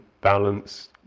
balance